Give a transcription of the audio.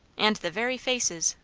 and the very faces,